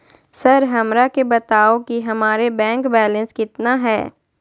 Sir हमरा के बताओ कि हमारे बैंक बैलेंस कितना है?